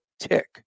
tick